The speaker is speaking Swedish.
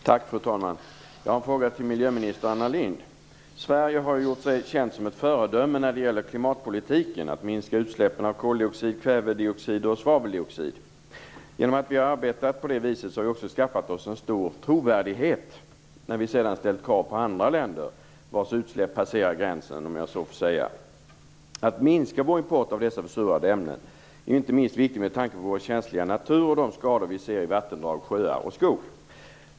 Fru talman! Jag har en fråga till miljöminister Anna Lindh. Sverige har gjort sig känt som ett föredöme när det gäller klimatpolitiken, för att minska utsläppen av koldioxid, kvävedioxid och svaveldioxid. Genom att vi har arbetat på det viset har vi också skaffat oss en hög trovärdighet när vi sedan har ställt krav på andra länder vilkas utsläpp passerar gränsen, om jag får säga så. Att minska vår import av dessa försurande ämnen är inte minst viktigt med tanke på vår känsliga natur och de skador vi ser i vattendrag, sjöar och skog.